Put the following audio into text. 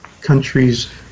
countries